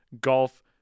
golf